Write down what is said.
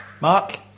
Mark